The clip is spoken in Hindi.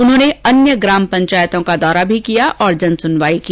उन्होंने अन्य ग्राम पंचायतों का दौरा भी किया और जनसुनवाई की